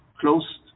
closed